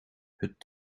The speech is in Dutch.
het